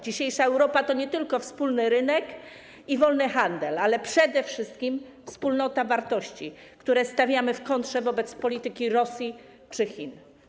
Dzisiejsza Europa to nie tylko wspólny rynek i wolny handel, ale przede wszystkim wspólnota wartości, które stawiamy w kontrze do polityki Rosji czy Chin.